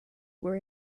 were